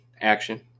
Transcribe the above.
action